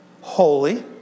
holy